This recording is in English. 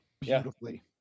beautifully